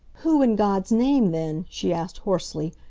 who in god's name, then, she asked hoarsely,